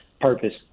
purpose